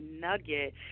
nugget